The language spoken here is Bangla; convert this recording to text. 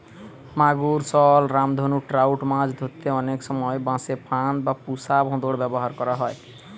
মাগুর, শল, রামধনু ট্রাউট মাছ ধরতে অনেক সময় বাঁশে ফাঁদ বা পুশা ভোঁদড় ব্যাভার করা হয়